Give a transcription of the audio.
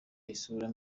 isura